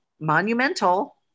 monumental